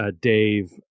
dave